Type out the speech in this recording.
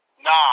Nah